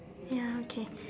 ya okay